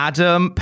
Adam